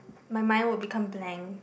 my mind will become blank